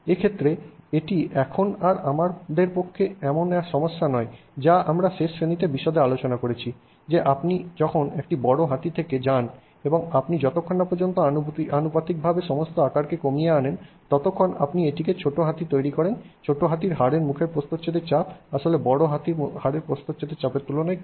এক্ষেত্রে এটি এখন আর আমাদের পক্ষে এমন সমস্যা নয় যা আমরা শেষ শ্রেণিতে বিশদে আলোচনা করেছি যে আপনি যখন একটি বড় হাতি থেকে যান এবং আপনি যতক্ষণ না আনুপাতিকভাবে সমস্ত আকারকে কমিয়ে আনেন ততক্ষণ আপনি এটিকে একটি ছোট হাতি তৈরি করেন ছোট হাতির হাড়ের মুখের প্রস্থচ্ছেদের চাপ আসলে বড় হাতির হাড়ের চাপের তুলনায় অনেক কম